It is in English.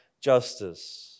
justice